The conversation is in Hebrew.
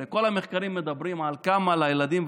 הרי כל המחקרים מדברים על כמה הילדים,